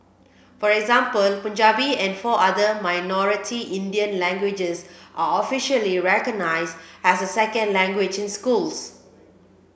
for example Punjabi and four other minority Indian languages are officially recognised as a second language in schools